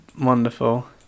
wonderful